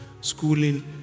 schooling